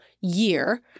year